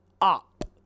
up